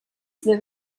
své